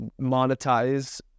monetize